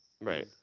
Right